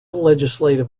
legislative